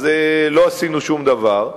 אז לא עשינו שום דבר.